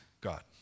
God